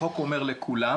החוק אומר לכולם,